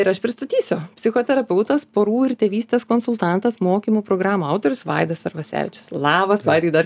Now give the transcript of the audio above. ir aš pristatysiu psichoterapeutas porų ir tėvystės konsultantas mokymų programų autorius vaidas arvasevičius labas vaidai dar